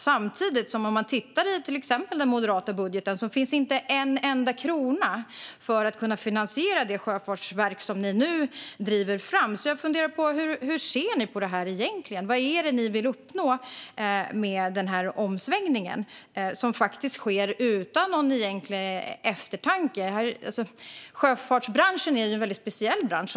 Samtidigt finns det i det moderata budgetförslaget inte en enda krona till finansieringen av det sjöfartsverk ni nu driver fram, Maria Stockhaus, så jag undrar: Hur ser ni egentligen på det här? Vad är det ni vill uppnå med den här omsvängningen, som faktiskt sker utan någon egentlig eftertanke? Sjöfartsbranschen är en väldigt speciell bransch.